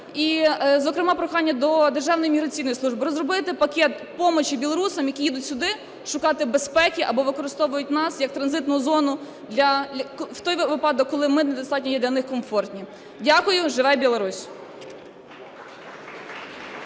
і зокрема прохання до Державної міграційної служби, розробити пакет помощи білорусам, які їдуть сюди шукати безпеки або використовують нас як транзитну зону в тому випадку, коли ми недостатньо є для них комфортні. Дякую. Живе Білорусь!